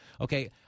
okay –